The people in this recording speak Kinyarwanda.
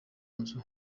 nzu